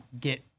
get